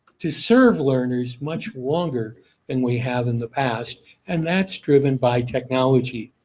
to serve learners much longer than we have in the past and that's driven by technology.